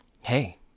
hey